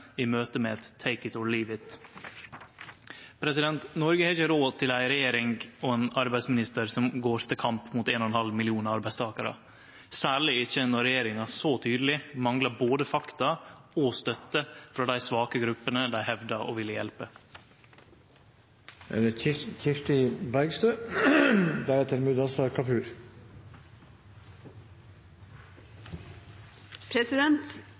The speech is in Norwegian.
i møte med eit «take it or leave it». Noreg har ikkje råd til ei regjering og ein arbeidsminister som går til kamp mot ein og ein halv million arbeidstakarar, særleg ikkje når regjeringa så tydeleg manglar både fakta og støtte frå dei svake gruppene dei hevdar å ville hjelpe.